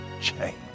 change